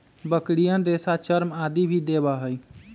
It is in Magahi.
बकरियन रेशा, चर्म आदि भी देवा हई